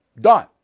done